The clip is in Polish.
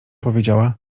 powiedziała